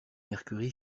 mercury